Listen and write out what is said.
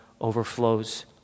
overflows